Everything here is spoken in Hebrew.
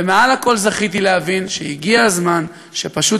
ומעל הכול זכיתי להבין שהגיע הזמן שפשוט